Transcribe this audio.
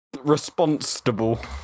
Responsible